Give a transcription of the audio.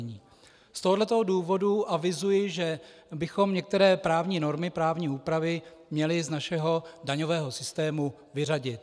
Z tohoto důvodu avizuji, že bychom některé právní normy, právní úpravy měli z našeho daňového systému vyřadit.